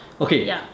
Okay